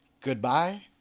Goodbye